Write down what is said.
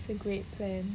it's a great plan